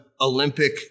Olympic